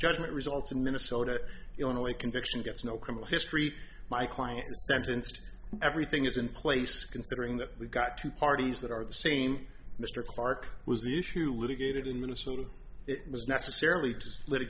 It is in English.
judgment results in minnesota illinois a conviction gets no criminal history my client sentenced everything is in place considering that we've got two parties that are the same mr clark was the issue litigated in minnesota it was necessary to lit